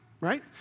right